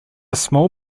small